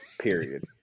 period